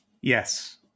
Yes